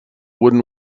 wooden